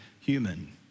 human